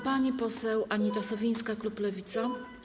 Pani poseł Anita Sowińska, klub Lewica.